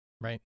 Right